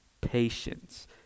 patience